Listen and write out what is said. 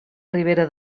ribera